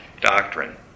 doctrine